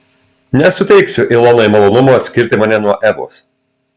nesuteiksiu ilonai malonumo atskirti mane nuo evos